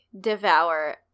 devour